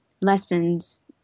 lessons